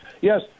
Yes